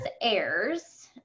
airs